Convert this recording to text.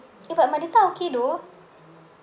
eh but my data okay though